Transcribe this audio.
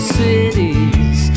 cities